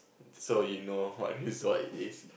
so you know what is what it is